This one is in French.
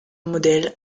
model